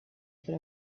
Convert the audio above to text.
for